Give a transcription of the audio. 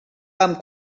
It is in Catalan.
amb